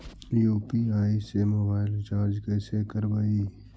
UPI से mobile recharge कैसे करबइ?